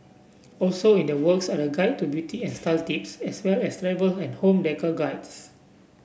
also in the works are the guide to beauty and style tips as well as travel and home decor guides